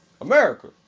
America